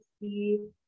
see